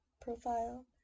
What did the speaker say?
profile